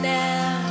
now